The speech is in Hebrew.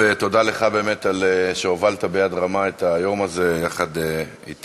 ותודה לך באמת שהובלת ביד רמה את היום הזה יחד אתי,